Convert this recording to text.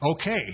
Okay